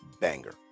banger